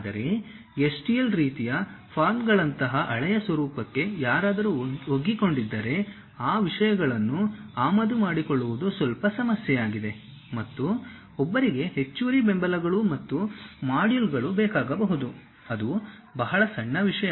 ಆದರೆ STL ರೀತಿಯ ಫಾರ್ಮ್ಗಳಂತಹ ಹಳೆಯ ಸ್ವರೂಪಕ್ಕೆ ಯಾರಾದರೂ ಒಗ್ಗಿಕೊಂಡಿದ್ದರೆ ಆ ವಿಷಯಗಳನ್ನು ಆಮದು ಮಾಡಿಕೊಳ್ಳುವುದು ಸ್ವಲ್ಪ ಸಮಸ್ಯೆಯಾಗಿದೆ ಮತ್ತು ಒಬ್ಬರಿಗೆ ಹೆಚ್ಚುವರಿ ಬೆಂಬಲಗಳು ಮತ್ತು ಮಾಡ್ಯೂಲ್ಗಳು ಬೇಕಾಗಬಹುದು ಅದು ಬಹಳ ಸಣ್ಣ ವಿಷಯ